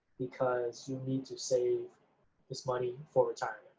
because you need to save this money for retirement.